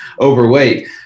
overweight